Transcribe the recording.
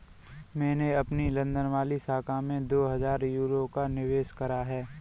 मैंने अपनी लंदन वाली शाखा में दो हजार यूरो का निवेश करा है